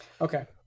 okay